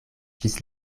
ĝis